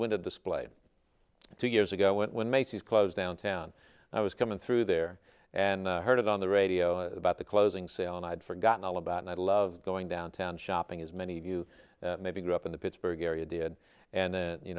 window display two years ago when macy's closed downtown i was coming through there and heard it on the radio about the closing sale and i had forgotten all about and i love going downtown shopping as many of you maybe grew up in the pittsburgh area did and then you